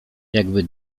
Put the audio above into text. jakby